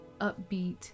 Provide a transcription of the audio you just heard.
upbeat